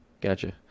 gotcha